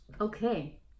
okay